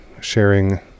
sharing